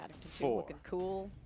four